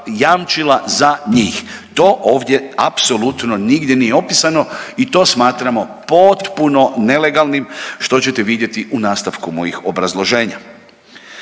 jamčila za njih. To ovdje apsolutno nigdje nije opisano i to smatramo potpuno nelegalnim što ćete vidjeti u nastavku mojih obrazloženja.